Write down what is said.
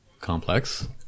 complex